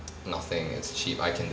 nothing it's cheap I can